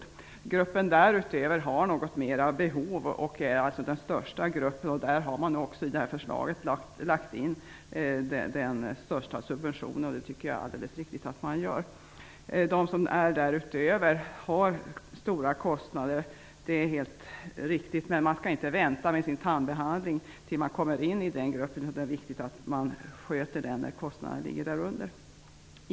De som har kostnader därutöver har något större behov. De utgör den största gruppen, och man har i det här förslaget också lagt in den största subventionen för den gruppen. Det tycker jag är alldeles riktigt att man gör. De som betalar därutöver har stora kostnader. Det är helt riktigt. Men man skall inte vänta med sin tandbehandling tills man hamnar i den gruppen. Det är viktigt att man sköter tandhälsan så att kostnaden blir lägre.